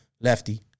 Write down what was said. Lefty